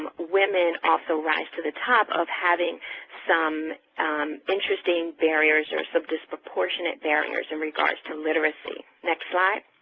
women also rise to the top of having some interesting barriers or some disproportionate barriers in regards to literacy. next slide?